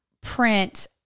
print